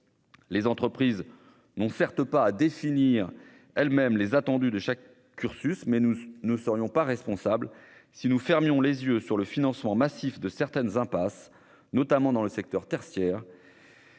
Les entreprises n'ont certes pas à définir elles-mêmes les attendus de chaque cursus, mais nous serions irresponsables si nous fermions les yeux sur le financement massif de certaines impasses, notamment dans le secteur tertiaire.